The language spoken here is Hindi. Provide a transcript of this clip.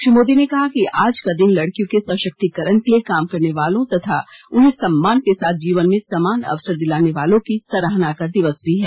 श्री मोदी ने कहा कि आज का दिन लड़कियों के सशक्तिकरण के लिए काम करने वालों तथा उन्हें सम्मान के साथ जीवन में समान अवसर दिलाने वालों की सराहना का दिवस भी है